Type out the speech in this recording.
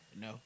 No